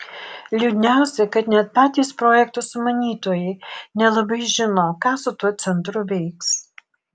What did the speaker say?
liūdniausia kad net patys projekto sumanytojai nelabai žino ką su tuo centru veiks